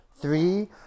three